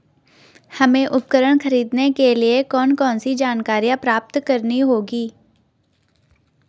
हमें उपकरण खरीदने के लिए कौन कौन सी जानकारियां प्राप्त करनी होगी?